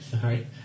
Sorry